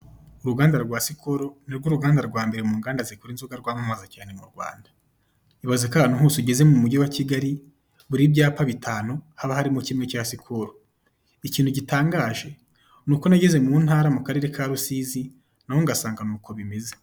Uruganda rwa sikolo nirwo ruganda rwa mbere mu nganda z'ikora inzoga rwamamaza cyane mu Rwanda, ibaze ko ahantu hose ugeze mu mujyi wa Kigali buri byapa bitanu haba harimo kimwe cya sikolo, ikintu gitangaje nuko nagezemu ntara mu karere ka Rusizi naho nkasanga niko bimeze.